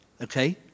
Okay